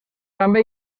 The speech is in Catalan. també